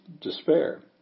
despair